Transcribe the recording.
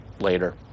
later